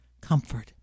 comfort